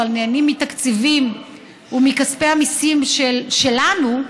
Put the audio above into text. אבל נהנים מתקציבים ומכספי המיסים שלנו,